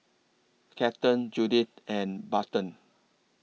Kathern Judith and Barton